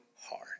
hard